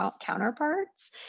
counterparts